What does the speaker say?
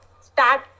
start